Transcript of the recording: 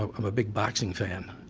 i'm a big boxing fan,